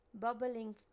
bubbling